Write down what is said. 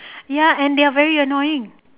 ya and they are very annoying